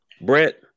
Brett